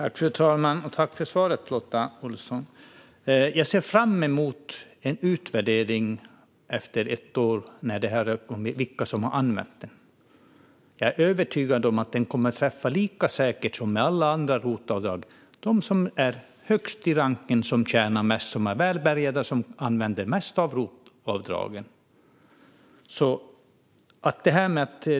Fru talman! Tack för svaret, Lotta Olsson! Jag ser fram emot en utvärdering av vilka som har använt sig av detta efter ett år. Jag är övertygad om att det precis som alla andra ROT-avdrag kommer att träffa dem som är högst i rankningen - de som tjänar mest, är mest välbärgade och använder ROT-avdragen mest.